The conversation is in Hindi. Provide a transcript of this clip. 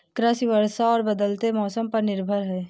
कृषि वर्षा और बदलते मौसम पर निर्भर है